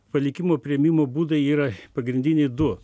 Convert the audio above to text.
palikimo priėmimo būdai yra pagrindiniai du